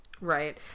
Right